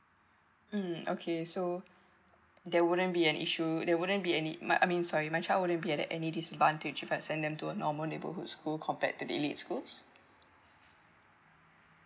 mm okay so there wouldn't be an issue there wouldn't be any my I mean sorry my child wouldn't be at any disadvantage if I send them to a normal neighborhood school compared to the elite schools